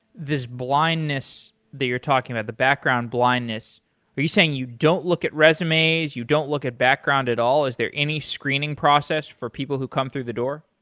this blindness that you're talking about, the background blindness, are you saying you don't look at resumes. you don't look at background at all. is there any screening process for people who come through the door?